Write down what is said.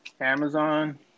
Amazon